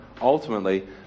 ultimately